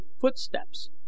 footsteps